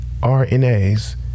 RNAs